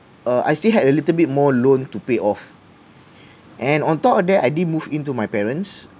uh I still had a little bit more loan to pay off and on top of that I didn't move in to my parents